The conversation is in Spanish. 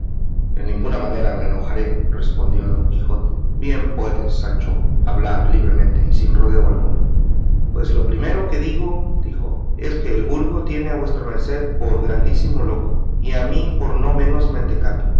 en ninguna manera me enojaré respondió don quijote bien puedes sancho hablar libremente y sin rodeo alguno pues lo primero que digo dijo es que el vulgo tiene a vuestra merced por grandísimo loco y a mí por no menos mentecato